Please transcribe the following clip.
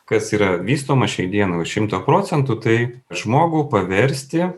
kas yra vystoma šiai dienai jau šimtą procentų tai žmogų paversti